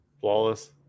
Flawless